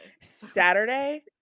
Saturday